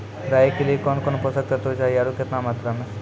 राई के लिए कौन कौन पोसक तत्व चाहिए आरु केतना मात्रा मे?